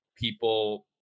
people